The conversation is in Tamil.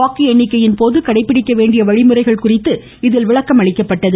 வாக்கு எண்ணிக்கையின் போது கடைபிடிக்க வேண்டிய வழிமுறைகள் குறித்து இதில் விளக்கமளிக்கப்பட்டது